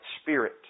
spirit